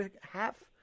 half